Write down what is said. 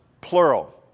plural